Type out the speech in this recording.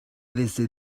desde